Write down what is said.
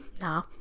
nah